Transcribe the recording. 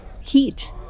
heat